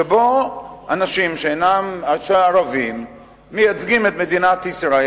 שבו אנשים שהם ערבים מייצגים את מדינת ישראל.